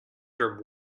your